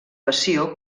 passió